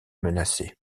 menacées